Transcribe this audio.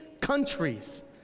countries